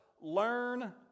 learn